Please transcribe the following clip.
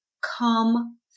come